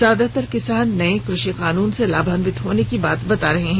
ज्यादातर किसान नए कृषि कानून से लाभ होने की बात बता रहे हैं